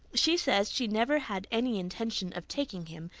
she says she never had any intention of taking him,